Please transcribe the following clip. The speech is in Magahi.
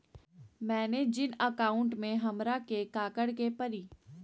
मैंने जिन अकाउंट में हमरा के काकड़ के परी?